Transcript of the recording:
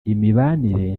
imibanire